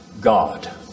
God